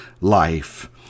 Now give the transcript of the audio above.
life